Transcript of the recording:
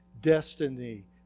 destiny